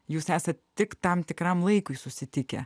jūs esat tik tam tikram laikui susitikę